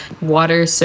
water